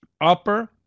upper